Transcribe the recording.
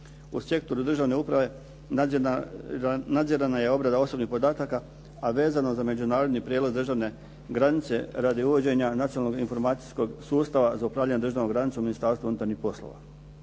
U sektoru državne uprave nadzirana je obrada osobnih podataka, a vezano za međunarodni prijelaz državne granice radi uvođenja nacionalnog informacijskog sustava za upravljanje državnom granicom Ministarstva unutarnjih poslova.